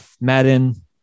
madden